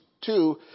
two